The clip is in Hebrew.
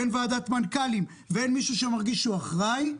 ואין ועדת מנכ"לים ואין מישהו שמרגיש שהוא אחראי.